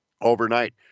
Overnight